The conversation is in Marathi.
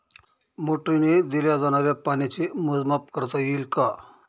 मोटरीने दिल्या जाणाऱ्या पाण्याचे मोजमाप करता येईल का?